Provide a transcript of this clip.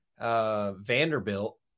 Vanderbilt